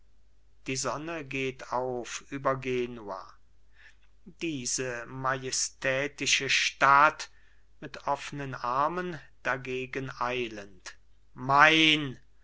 die sonne geht auf über genua diese majestätische stadt mit offnen armen dagegen eilend mein